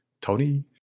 Tony